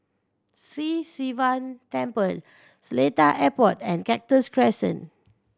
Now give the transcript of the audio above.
Sri Sivan Temple Seletar Airport and Cactus Crescent